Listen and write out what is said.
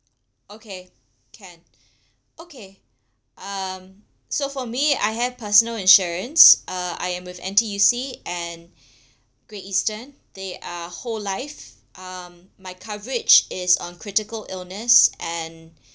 okay can okay um so for me I have personal insurance uh I am with N_T_U_C and great eastern they are whole life um my coverage is on critical illness and